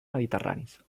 mediterranis